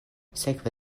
sekve